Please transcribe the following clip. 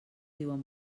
diuen